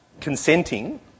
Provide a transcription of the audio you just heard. consenting